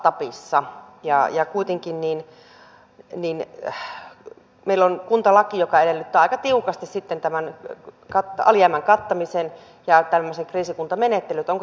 yksityisteiden avustuksiin ja metsäteiden kunnostukseen on kuntalaki jokainen ottaa tiukasti sitten tavannut kataljana kattamiseen ja tarjosi kriisikunta osoitettu määrärahoja